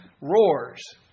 roars